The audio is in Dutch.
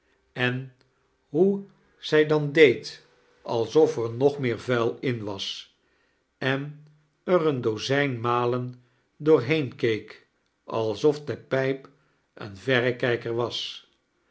zat hoe zij dan deed alsof er nog meer vudl in was en er een dozijn malen ddorheen keek alsof de pijp een verrekijker was